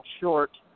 short